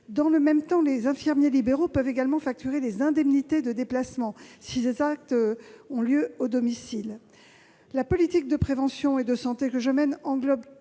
Dans le même temps, les infirmiers libéraux peuvent également facturer les indemnités de déplacement si les actes de vaccination sont pratiqués à domicile. La politique de prévention et de santé que je mène englobe